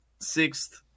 sixth